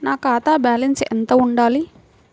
నా ఖాతా బ్యాలెన్స్ ఎంత ఉండాలి?